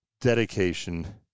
dedication